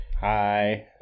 Hi